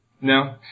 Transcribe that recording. No